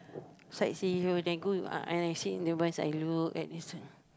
sightsee here then go I I sit in the bus I look at this uh